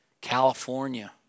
California